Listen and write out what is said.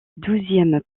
douzième